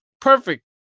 perfect